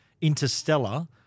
Interstellar